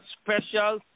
special